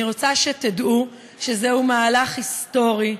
אני רוצה שתדעו שזהו מהלך היסטורי,